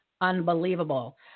unbelievable